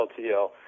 LTL